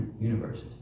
universes